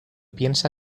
piensa